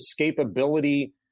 escapability